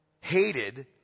hated